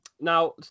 Now